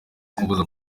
kubuza